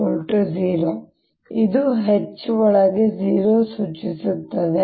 ಆದ್ದರಿಂದ ಇದು H ಒಳಗೆ 0 ಎಂದು ಸೂಚಿಸುತ್ತದೆ